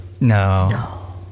No